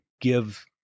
give